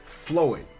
Floyd